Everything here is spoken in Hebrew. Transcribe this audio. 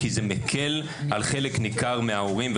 כי זה מקל על חלק ניכר מההורים,